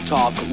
Talk